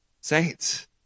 Saints